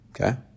okay